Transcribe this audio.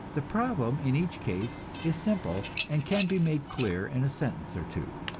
the problem in each case is simple and can be made clear in a sentence or two.